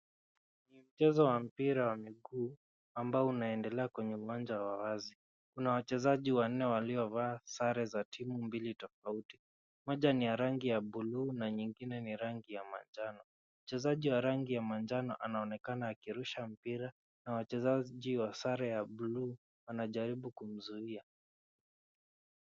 Ni mchezo wa mpira wa miguu ambao unaendelea kwenye uwanja wa wazi, kuna wachezaji wanne waliovaa sare za timu mbili tofauti, moja ni ya rangi ya buluu na nyingine ni rangi ya manjano. Mchezaji wa rangi ya manjano anaonekana akirusha mpira na wachezaji wa sare ya bluu wanajaribu kumzuia.